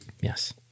yes